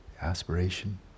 Aspiration